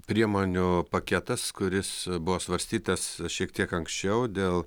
priemonių paketas kuris buvo svarstytas šiek tiek anksčiau dėl